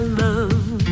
love